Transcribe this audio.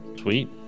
sweet